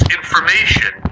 information